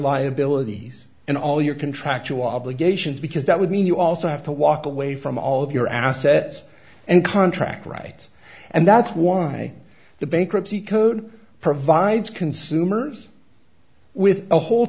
liabilities and all your contractual obligations because that would mean you also have to walk away from all of your assets and contract rights and that's why the bankruptcy code provides consumers with a whole